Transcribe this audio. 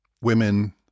Women